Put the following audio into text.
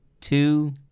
two